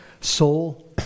soul